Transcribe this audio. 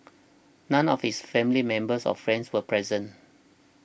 none of his family members or friends were present